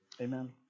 Amen